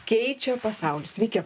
keičia pasaulį sveiki